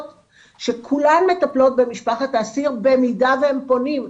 שכולן מטפלות במשפחת האסיר במידה והם פונים.